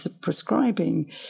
prescribing